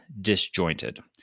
disjointed